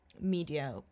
media